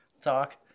talk